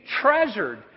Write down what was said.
treasured